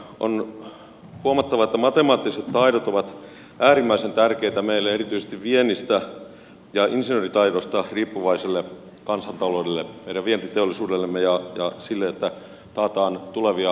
on huomattava että matemaattiset taidot ovat äärimmäisen tärkeitä meille erityisesti viennistä ja insinööritaidosta riippuvaiselle kansantaloudelle meidän vientiteollisuudellemme ja sille että taataan tulevia osaajia tälle alalle